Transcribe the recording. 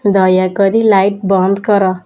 ଦୟାକରି ଲାଇଟ୍ ବନ୍ଦ କର